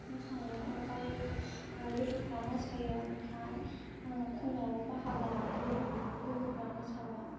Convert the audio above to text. मोसानायनि अनगायैबो लोगोफोरा मोसायो ओमफ्राय आङो खन्नायावबो बाहागो लाफायो लोगोफ्रा मोसाबा